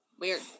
weird